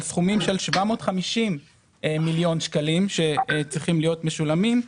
סכומים של 750 מיליון שקלים שצריכים להיות משולמים.